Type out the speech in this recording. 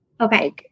Okay